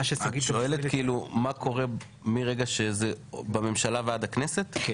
כאילו מה קורה מרגע שזה בממשלה ועד הכנסת?